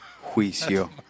Juicio